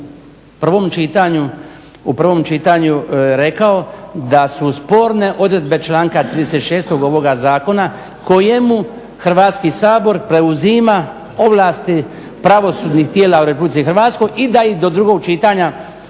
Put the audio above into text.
u prvom čitanju rekao da su sporne odredbe članka 36.ovoga zakona kojemu Hrvatski sabor preuzima ovlasti pravosudnih tijela u RH i da ih do drugog čitanja